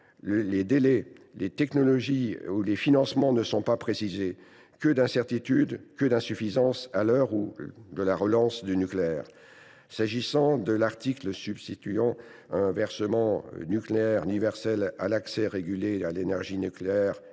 Les délais, les technologies ou les financements ne sont pas détaillés. Que d’incertitudes, que d’insuffisances, à l’heure de la relance du nucléaire ! S’agissant de l’article substituant un versement nucléaire universel à l’accès régulé à l’énergie nucléaire